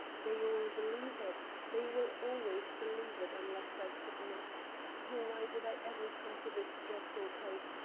they all believe it they will always believe it unless i submit oh, why did i ever come to this dreadful place?